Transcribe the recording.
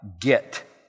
get